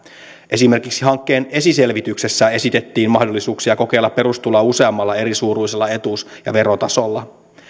esimerkiksi hankkeen esiselvityksessä esitettiin mahdollisuuksia kokeilla perustuloa useammalla erisuuruisella etuus ja verotasolla